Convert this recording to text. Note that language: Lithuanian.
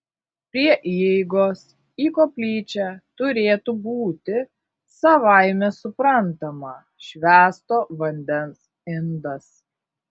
prie įeigos į koplyčią turėtų būti savaime suprantama švęsto vandens indas